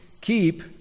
keep